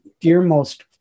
dearmost